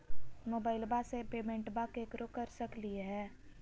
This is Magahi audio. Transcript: मोबाइलबा से पेमेंटबा केकरो कर सकलिए है?